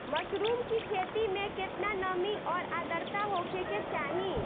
Mushroom की खेती में केतना नमी और आद्रता होखे के चाही?